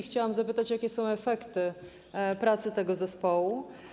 Chciałam zapytać, jakie są efekty pracy tego zespołu.